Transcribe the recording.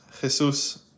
Jesus